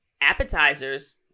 appetizers